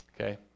okay